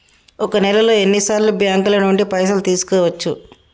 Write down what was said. ఒక నెలలో ఎన్ని సార్లు బ్యాంకుల నుండి పైసలు తీసుకోవచ్చు?